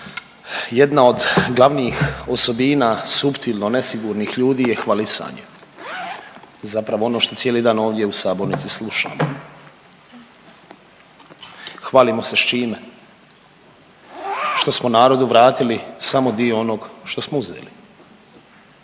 jedna od glavnih osobina suptilno nesigurnih ljudi je hvalisanje. Zapravo ono što cijeli dan ovdje u sabornici slušamo. Hvalimo se s čime? Što smo narodu vratili samo dio onog što smo uzeli.